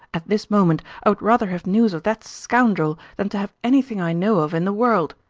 at this moment i would rather have news of that scoundrel than to have anything i know of in the world.